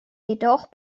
jedoch